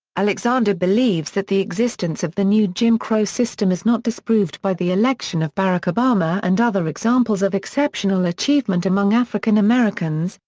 alexander believes that the existence of the new jim crow system is not disproved by the election of barack obama and other examples of exceptional achievement among african americans,